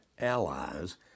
allies